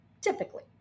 typically